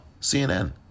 CNN